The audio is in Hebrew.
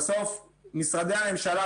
בסוף משרדי הממשלה,